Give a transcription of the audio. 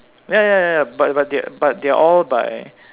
ya ya ya but but they but they're all by